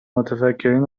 متفکرین